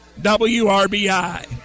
WRBI